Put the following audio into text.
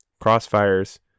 crossfires